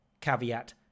caveat